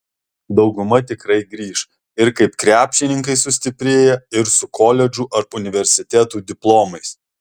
dauguma tikrai grįš ir kaip krepšininkai sustiprėję ir su koledžų ar universitetų diplomais